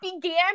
began